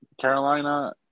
Carolina